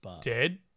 dead